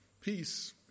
peace